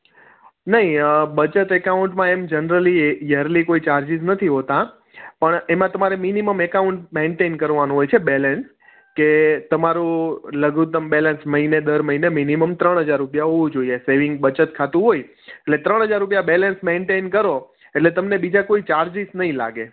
નહીં બચત એકાઉન્ટમાં એમ જનરલી યરલી કોઈ ચાર્જિસ નથી હોતા પણ એમાં તમારે મિનિમમ એકાઉન્ટ મેન્ટેન કરવાનું હોય છે બેલેન્સ કે તમારું લઘુત્તમ બેલેન્સ મહિને દર મહિને મિનિમમ ત્રણ હજાર રૂપિયા હોવું જોઈએ સેવિંગ બચત ખાતું હોય એટલે ત્રણ હજાર રૂપિયા બેલેન્સ મેન્ટેન કરો એટલે તમને બીજા કોઈ ચાર્જિસ નહીં લાગે